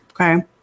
okay